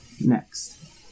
Next